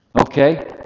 Okay